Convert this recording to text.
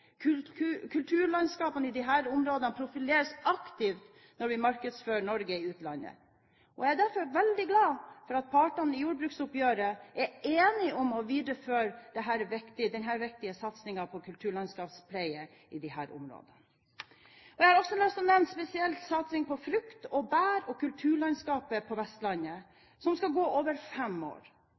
i disse områdene profileres aktivt når vi markedsfører Norge i utlandet. Jeg er derfor veldig glad for at partene i jordbruksoppgjøret er enige om å videreføre denne viktige satsingen på kulturlandskapspleie i disse områdene. Jeg har også lyst til å nevne spesielt satsingen på frukt, bær og kulturlandskapet på Vestlandet, som skal gå over fem år.